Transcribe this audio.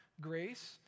Grace